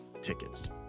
tickets